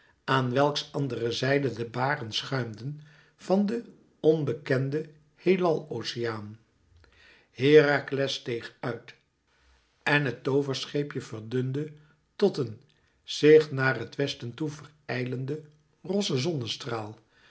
aan welks andere zijde de baren schuimden van den onbekenden heelal oceaan herakles steeg uit en het tooverscheepje verdunde tot een zich naar het westen toe verijlenden rossen zonnestraal